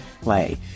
Play